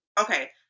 Okay